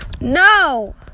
No